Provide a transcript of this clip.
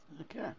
Okay